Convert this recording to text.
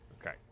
Okay